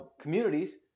communities